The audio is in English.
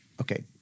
okay